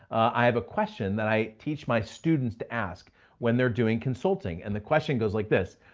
i have a question that i teach my students to ask when they're doing consulting. and the question goes like this,